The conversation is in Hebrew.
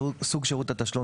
סוג שירות התשלום,